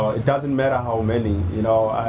it doesn't matter how many, you know.